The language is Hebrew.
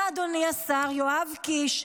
אתה אדוני השר יואב קיש,